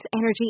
energy